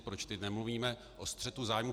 Proč teď nemluvíme o střetu zájmů?